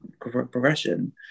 progression